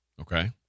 Okay